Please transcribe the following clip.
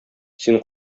син